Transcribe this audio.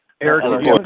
eric